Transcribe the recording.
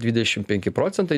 dvidešim penki procentai